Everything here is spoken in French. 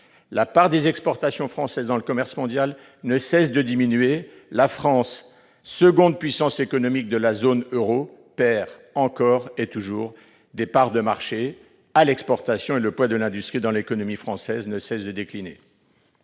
La part des exportations françaises dans le commerce mondial ne cesse de diminuer : la France, deuxième puissance économique de la zone euro, perd encore et toujours des parts de marché à l'exportation. L'importance de l'industrie dans l'économie française ne cesse de décliner.